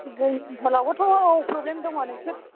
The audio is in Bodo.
जोंनि ओनसोलावबोथ' फ्रब्लेम दङ नोंसोरसो